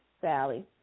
Sally